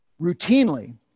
routinely